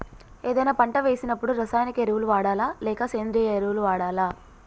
ఏదైనా పంట వేసినప్పుడు రసాయనిక ఎరువులు వాడాలా? లేక సేంద్రీయ ఎరవులా?